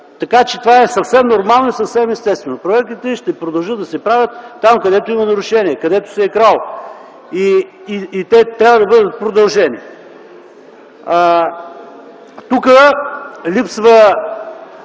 така че това е съвсем нормално и съвсем естествено. Проверките ще продължат да се правят там, където има нарушения, където се е крало, и те трябва да бъдат продължени. Тук липсва